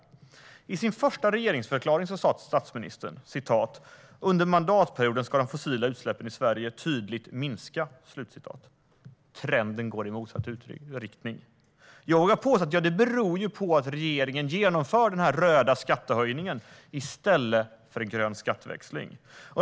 I sin första regeringsförklaring sa statsministern: Under mandatperioden ska de fossila utsläppen i Sverige tydligt minska. Trenden går i motsatt riktning. Jag vågar påstå att det beror på att regeringen genomför en röd skattehöjning i stället för en grön skatteväxling.